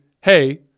hey